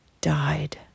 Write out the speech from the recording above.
died